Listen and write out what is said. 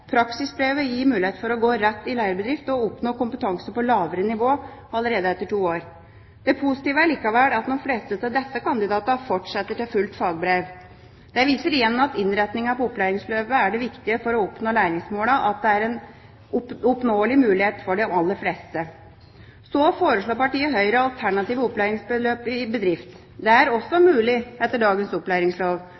Praksisbrevet gir mulighet for å gå rett i lærebedrift og oppnå kompetanse på lavere nivå allerede etter to år. Det positive er likevel at de fleste av disse kandidatene fortsetter til fullt fagbrev. Det viser igjen av innretningen på opplæringsløpet er viktig for å oppnå læringsmålene, og at det er en oppnåelig mulighet for de aller fleste. Så foreslår partiet Høyre alternative opplæringsløp i bedrift. Det er også